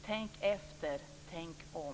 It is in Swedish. Tänk efter! Tänk om!